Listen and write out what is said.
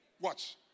Watch